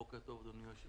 בוקר טוב לכולם.